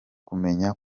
kumenya